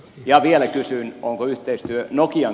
ja vielä kysyn